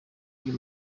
uyu